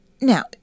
Now